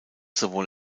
sowohl